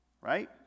right